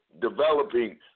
developing